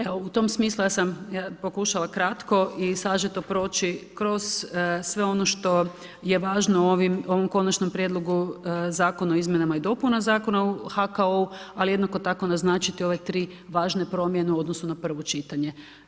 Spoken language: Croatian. Evo, u tom smislu ja sam pokušala kratko i sažeto proći kroz sve ono što je važno u ovom konačnom prijedlogu Zakona o izmjenama i dopunama Zakona o HKO-u, ali jednako tako naznačiti ove tri važne promjene u odnosu na prvo čitanje.